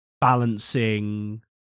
balancing